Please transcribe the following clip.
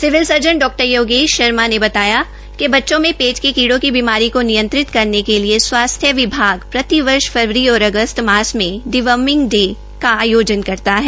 civil surgeon डॉ योगेश शर्मा ने बताया कि बच्चों में पेट के कीड़ों की बीमारी को नियंत्रित करने के लिये स्वास्थ्य विभाग प्रतिवर्ष फरवरी और अगस्त मास में डीवर्मिंग डे का आयोजन करता है